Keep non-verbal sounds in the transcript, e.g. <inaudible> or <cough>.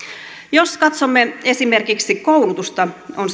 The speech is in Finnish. jos katsomme esimerkiksi koulutusta on <unintelligible>